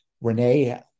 Renee